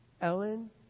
Ellen